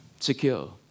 secure